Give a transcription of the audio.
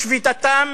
בשביתתם,